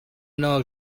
know